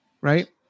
right